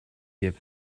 give